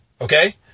Okay